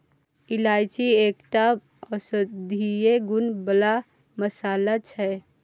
इलायची एकटा औषधीय गुण बला मसल्ला छै